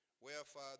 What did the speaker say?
wherefore